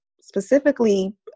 specifically